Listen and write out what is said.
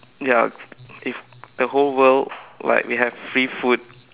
ya if the whole world like we have free food